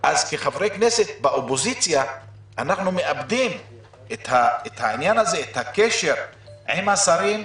כחברי כנסת באופוזיציה אנחנו מאבדים את הקשר עם השרים,